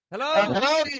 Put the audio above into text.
Hello